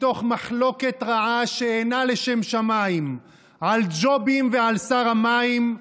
מתוך מחלוקת רעה שאינה לשם שמיים על ג'ובים ועל שר המים,